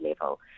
level